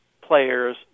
players